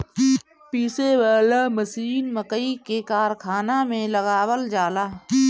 पीसे वाला मशीन मकई के कारखाना में लगावल जाला